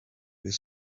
his